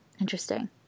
Interesting